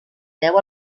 deu